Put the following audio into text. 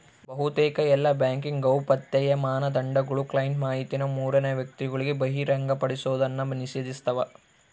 ಬಹುತೇಕ ಎಲ್ಲಾ ಬ್ಯಾಂಕಿಂಗ್ ಗೌಪ್ಯತೆಯ ಮಾನದಂಡಗುಳು ಕ್ಲೈಂಟ್ ಮಾಹಿತಿನ ಮೂರನೇ ವ್ಯಕ್ತಿಗುಳಿಗೆ ಬಹಿರಂಗಪಡಿಸೋದ್ನ ನಿಷೇಧಿಸ್ತವ